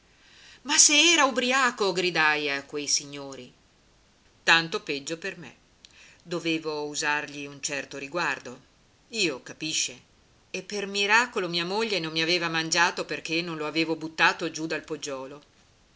ma se era ubriaco gridai a quei signori tanto peggio per me dovevo usargli un certo riguardo io capisce e per miracolo mia moglie non mi aveva mangiato perché non lo avevo buttato giù dal poggiolo